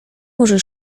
może